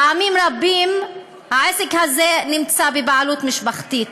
פעמים רבות העסק הזה הוא בבעלות משפחתית,